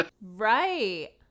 Right